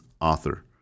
Author